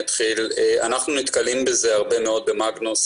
אנחנו נתקלים בזה הרבה מאוד במגנוס